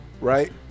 right